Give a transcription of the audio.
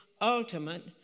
ultimate